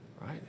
right